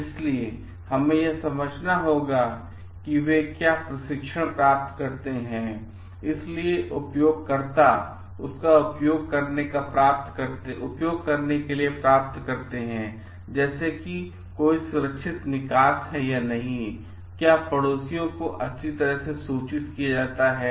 इसलिए हमें यह समझना होगा कि वे प्र क्या शिक्षण प्राप्त करते हैं इसलिए उपयोगकर्ता इसका उपयोग करने का प्राप्त करते हैं जैसे कि कोई सुरक्षित निकास है या नहीं और क्या पड़ोसियों को अच्छी तरह से सूचित किया जाता है